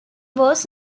was